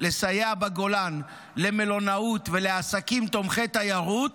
לסייע בגולן למלונאות ולעסקים תומכי תיירות,